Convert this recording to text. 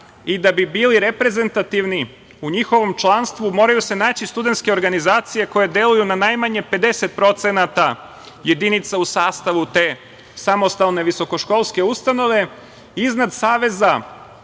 i da bi bili reprezentativni u njihovom članstvu moraju se naći studentske organizacije koje deluju na najmanje 50% jedinica u sastavu te samostalne visoko školske ustanove. Iznad saveza